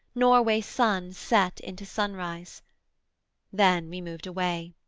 norway sun set into sunrise then we moved away.